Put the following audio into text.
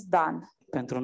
done